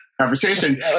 conversation